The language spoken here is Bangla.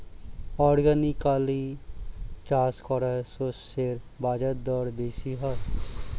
অর্গানিকালি চাষ করা শস্যের বাজারদর বেশি হয়